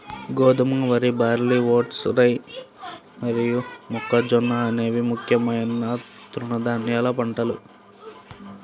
గోధుమ, వరి, barley, oats, rye మరియు మొక్కజొన్న అనేవి ముఖ్యమైన తృణధాన్యాల పంటలు